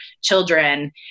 children